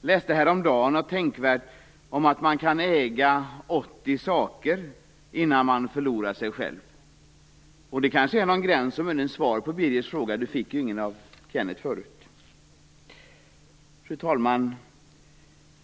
läste häromdagen något tänkvärt om att man kan äga 80 saker innan man förlorar sig själv. Det kanske är ett svar på Birger Hagårds fråga. Han fick ju inget svar av Kenneth Kvist. Fru talman!